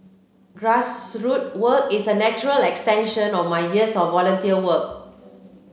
grassroots work is a natural extension of my years of volunteer work